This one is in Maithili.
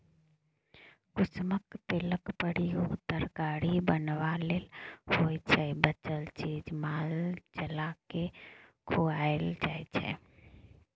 कुसुमक तेलक प्रयोग तरकारी बनेबा लेल होइ छै बचल चीज माल जालकेँ खुआएल जाइ छै